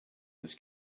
this